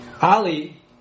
Ali